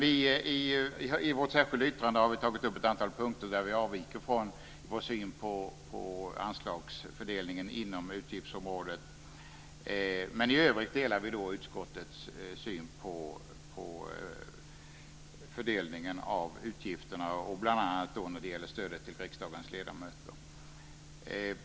I vårt särskilda yttrande har vi tagit upp ett antal punkter där vi har en avvikande syn på anslagsfördelningen inom utgiftsområdet. Men i övrigt delar vi utskottets syn på fördelningen av utgifterna, bl.a. när det gäller stödet till riksdagens ledamöter.